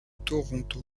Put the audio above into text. toronto